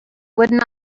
would